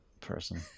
person